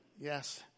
Yes